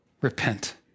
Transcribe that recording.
Repent